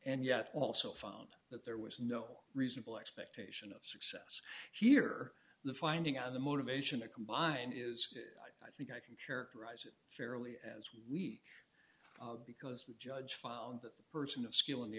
and yet also found that there was no reasonable expectation of success here the finding out the motivation to combine is i think i can characterize it fairly as we because the judge found that the person of skill in the